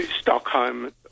Stockholm